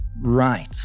right